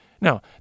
Now